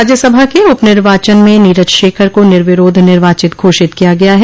राज्यसभा के उप निर्वाचन में नीरज शेखर को निर्विरोध निर्वाचित घोषित किया गया है